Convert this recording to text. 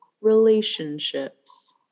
relationships